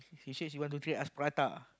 she said she want to treat us prata